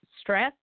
stress